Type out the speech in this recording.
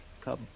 Come